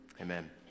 Amen